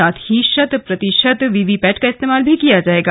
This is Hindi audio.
साथ ही शत प्रतिशत वीवीपैट का इस्तेमाल किया जायेगा